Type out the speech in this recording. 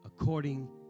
according